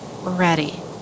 ready